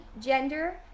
gender